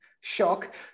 shock